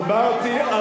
דיברתי,